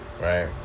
right